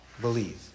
believe